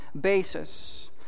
basis